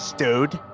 dude